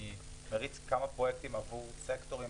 אני מריץ כמה פרויקטים עבור סקטורים